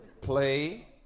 Play